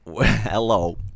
hello